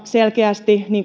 selkeästi